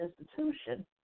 institution